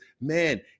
Man